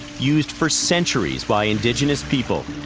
used for centuries by indigenous people.